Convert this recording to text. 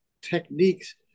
techniques